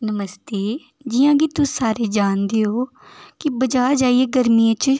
नमस्ते जि'यां कि तुस सारे जानदे ओ कि बजार जाइयै गर्मियें च